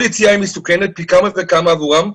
כל יציאה היא מסוכנת פי כמה וכמה עבורם,